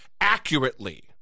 accurately